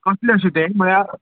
कसलें अशें तें म्हळ्या